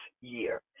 year